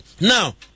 Now